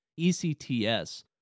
ECTS